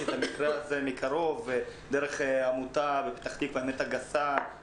ליוויתי את המקרה הזה מקרוב דרך עמותת "האמת הגסה" מפתח תקווה,